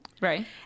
Right